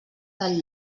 del